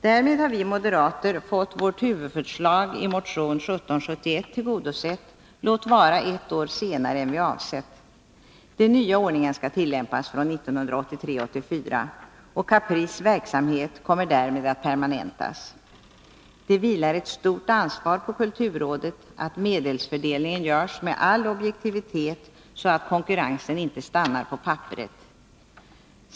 Därmed har vi moderater fått vårt huvudförslag i motion 1771 tillgodosett, låt vara ett år senare än vi avsett. Den nya ordningen skall tillämpas från 1983/84, och Caprices verksamhet kommer därmed att permanentas. Det vilar ett stort ansvar på kulturrådet för att medelsfördelningen görs med all objektivitet, så att konkurrensen inte stannar på papperet.